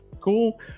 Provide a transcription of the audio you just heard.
cool